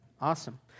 Awesome